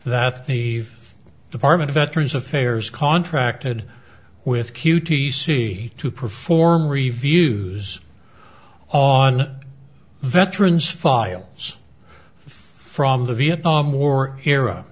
that the department of veterans affairs contracted with q t c to perform reviews on veterans files from the vietnam war era